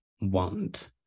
want